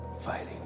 Fighting